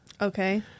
Okay